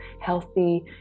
healthy